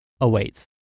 awaits